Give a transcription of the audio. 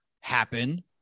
happen